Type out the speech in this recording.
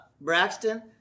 Braxton